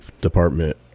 department